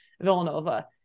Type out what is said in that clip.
Villanova